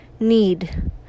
need